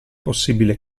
possibile